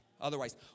otherwise